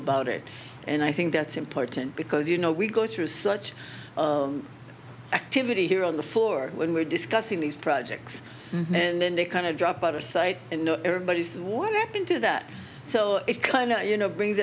about it and i think that's important because you know we go through such activity here on the floor when we're discussing these projects and then they kind of drop out of sight and know everybody what happened to that so it kind of you know brings